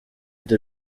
the